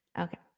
Okay